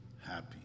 happy